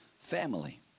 family